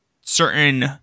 certain